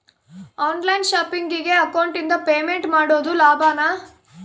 On line ಶಾಪಿಂಗಿಗೆ ಅಕೌಂಟಿಂದ payment ಮಾಡೋದು ಲಾಭಾನ?